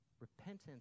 Repentance